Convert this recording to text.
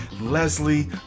Leslie